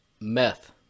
Meth